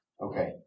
Okay